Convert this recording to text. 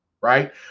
right